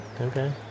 Okay